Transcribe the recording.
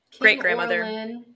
great-grandmother